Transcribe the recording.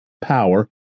power